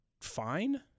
fine